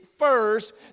First